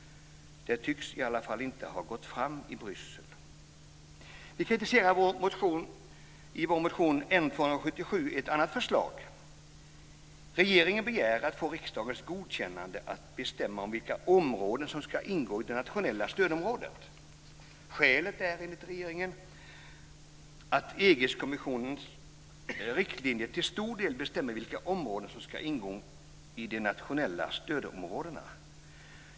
Det tycks i alla fall inte ha gått fram i Bryssel. Vi kritiserar också i vår motion N277ett annat förslag. Regeringen begär att få riksdagens godkännande när det gäller att bestämma om vilka områden som ska ingå i det nationella stödområdet. Skälet är, enligt regeringen, att EG-kommissionens riktlinjer till stor del bestämmer vilka områden som ska ingå i de nationella stödområdena.